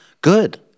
good